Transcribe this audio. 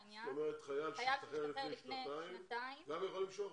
חייל שהשתחרר לפני שנתיים, גם הוא יכול למשוך.